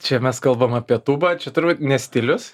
čia mes kalbam apie tūbą čia turbūt ne stilius